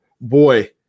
boy